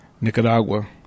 Nicaragua